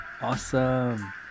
awesome